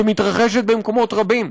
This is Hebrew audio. שמתרחשת במקומות רבים,